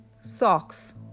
socks